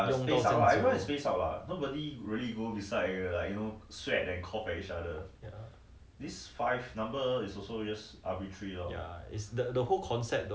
like with that amount of people they should be 自动一点啦不要 like 不要用那么久